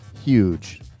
huge